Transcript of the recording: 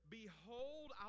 behold